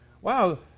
Wow